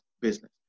business